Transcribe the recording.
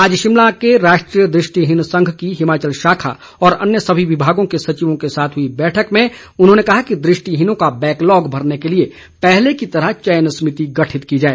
आज शिमला के राष्ट्रीय दृष्टिहीन संघ की हिमाचल शाखा और अन्य सभी विभागों के सचिवों के साथ हुई बैठक में उन्होंने कहा कि दृष्टिहीनों का बैकलॉग भरने के लिए पहले की तरह चयन समिति गठित की जाए